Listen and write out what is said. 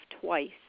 twice